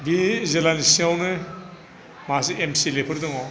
बे जिलानि सिङावनो माखासे M C L A four दङ